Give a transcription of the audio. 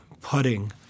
putting